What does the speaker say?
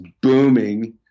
booming